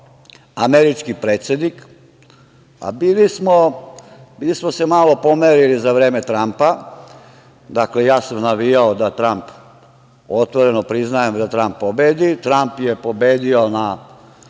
američki predsednik, a bili smo se malo pomerili za vreme Trampa, dakle, ja sam navijao, otvoreno priznajem, da Tramp pobedi. Tramp je pobedio na